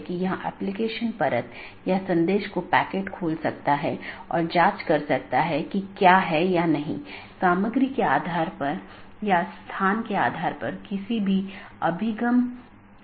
त्रुटि स्थितियों की सूचना एक BGP डिवाइस त्रुटि का निरीक्षण कर सकती है जो एक सहकर्मी से कनेक्शन को प्रभावित करने वाली त्रुटि स्थिति का निरीक्षण करती है